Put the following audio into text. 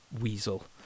weasel